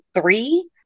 three